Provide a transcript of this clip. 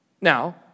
Now